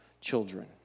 children